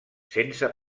sense